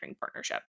Partnership